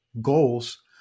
goals